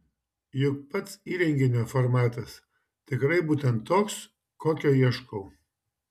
juk pats įrenginio formatas tikrai būtent toks kokio ieškau